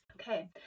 okay